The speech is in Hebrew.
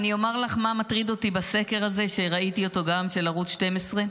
אני אומר לך מה מטריד אותי בסקר הזה של ערוץ 12,